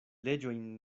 leĝojn